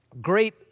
Great